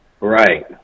Right